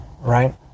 right